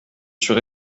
suis